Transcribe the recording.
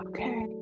Okay